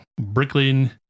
Bricklin